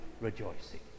rejoicing